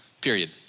period